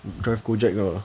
drive Gojek ah